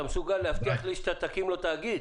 אתה מסוגל להבטיח לי שתקים לו תאגיד?